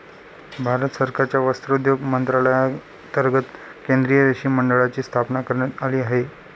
भारत सरकारच्या वस्त्रोद्योग मंत्रालयांतर्गत केंद्रीय रेशीम मंडळाची स्थापना करण्यात आली आहे